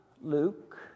Luke